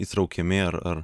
įtraukiami ir ar